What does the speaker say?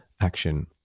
action